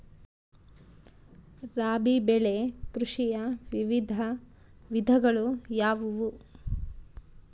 ರಾಬಿ ಬೆಳೆ ಕೃಷಿಯ ವಿವಿಧ ವಿಧಗಳು ಯಾವುವು?